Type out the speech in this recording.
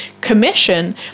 commission